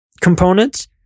components